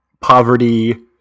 poverty